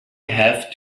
have